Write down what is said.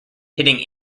hitting